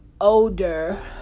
older